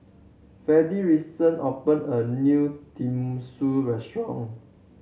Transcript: Freddy recent opened a new Tenmusu Restaurant